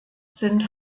sind